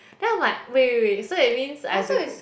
then I'm like wait wait wait so that means I have to go